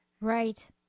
Right